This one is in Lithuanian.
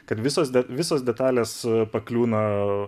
kad visos visos detalės pakliūna